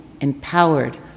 empowered